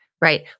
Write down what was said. Right